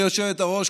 גברתי היושבת-ראש,